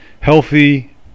healthy